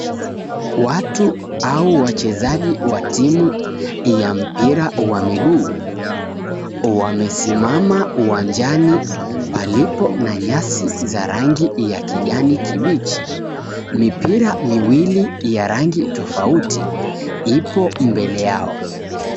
Watu au wachezaji wa timu ya mpira wa miguu wamesimama uwanjani palipo na nyasi za rangi ya kijani kibichi. Mipira miwili ya rangi tofauti ipo mbele yao.